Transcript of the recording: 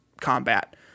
combat